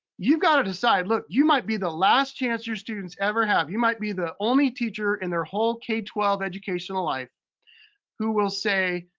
you've gotta decide, look, you might be the last chance your students ever have. you might be the only teacher in their whole k twelve educational life who will say,